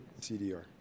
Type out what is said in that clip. CDR